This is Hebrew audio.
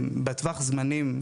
בטווח זמנים,